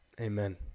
Amen